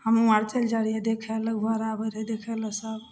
हमहूँ आओर चलि जाइ रहिए देखैलए ओहो आओर आबै रहै देखैलए सभ